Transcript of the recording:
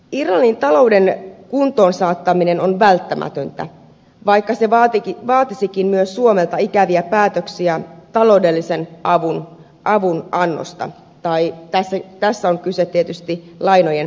irlannin talouden kuntoon saattaminen on välttämätöntä vaikka se vaatisikin myös suomelta ikäviä päätöksiä taloudellisesta avunannosta tai tässä on kyse tietysti lainojen takaamisesta